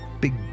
big